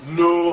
no